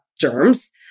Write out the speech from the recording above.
germs